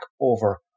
over